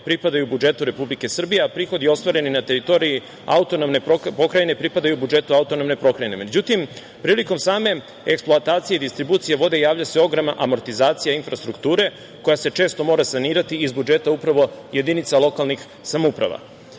pripadaju budžetu Republike Srbije, a prihodi ostvareni na teritoriji AP pripadaju budžetu AP. Međutim, prilikom same eksploatacije i distribucije vode javlja se ogromna amortizacija infrastrukture koja se često mora sanirati iz budžeta upravo jedinica lokalnih samouprava.